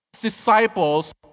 Disciples